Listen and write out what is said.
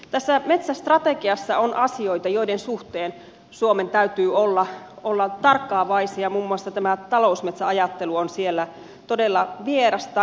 tässä metsästrategiassa on asioita joiden suhteen suomen täytyy olla tarkkaavainen muun muassa tämä talousmetsäajattelu on siellä todella vierasta